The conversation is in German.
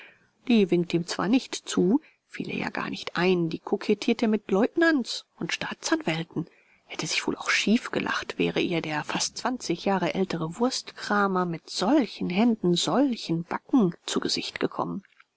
die winkte ihm zwar nicht zu fiel ihr ja gar nicht ein die kokettierte mit leutnants und staatsanwälten hätte sich wohl auch schief gelacht wäre ihr der fast zwanzig jahre ältere wurstkramer mit solchen händen solchen backen zu gesicht gekommen